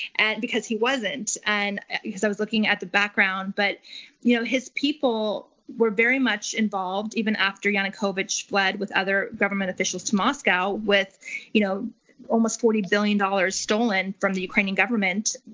because he wasn't, and because i was looking at the background, but you know his people were very much involved, even after yanukovych fled with other government officials to moscow with you know almost forty billion dollars stolen from the ukrainian government,